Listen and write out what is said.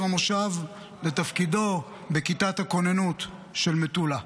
המושב לתפקידו בכיתת הכוננות של מטולה.